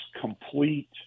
complete